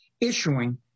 issuing